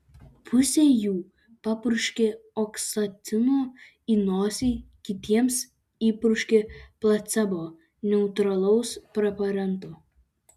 pusei jų papurškė oksitocino į nosį kitiems įpurškė placebo neutralaus preparato